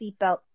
seatbelt